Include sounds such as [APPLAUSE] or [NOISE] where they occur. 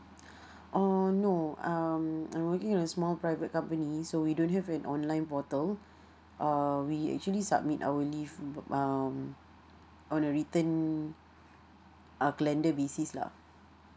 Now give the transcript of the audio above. [BREATH] uh no um I'm working in a small private company so we don't have an online portal uh we actually submit our leave um on a written uh calendar basis lah